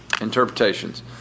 Interpretations